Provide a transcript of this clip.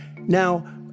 Now